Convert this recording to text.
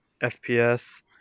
FPS